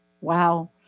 Wow